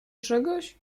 czegoś